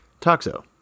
Toxo